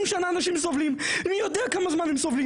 הם מתייחסים לאנשים שיותר מ-30 שנה סובלים כאילו הם כלום.